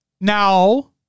Now